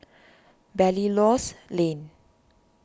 Belilios Lane